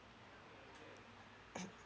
okay